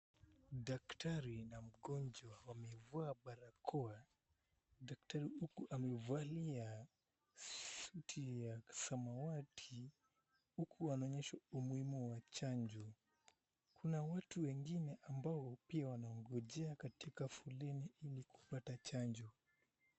Daktari na mgonjwa wamevaa barakoa. Daktari huku amevalia suti ya samawati, huku wanaonyesha umuhimu wa chanjo. Kuna watu wengine ambao pia wanangojea katika foleni, ili kupata chanjo.